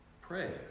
Pray